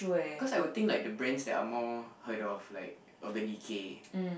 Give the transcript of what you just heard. cause I would think like the brands that are more heard of like Urban-Decay